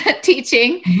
teaching